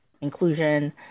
Inclusion